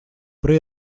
при